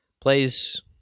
plays